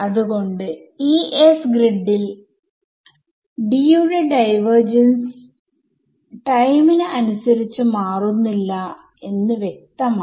അത്കൊണ്ട് ഈ S ഗ്രിഡിൽ D യുടെ ഡൈവർജൻസ് ടൈമിന് അനുസരിച്ചു മാറുന്നില്ല എന്ന് വ്യക്തമാണ്